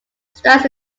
stands